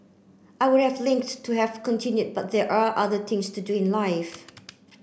I would have linked to have continued but there are other things to do in life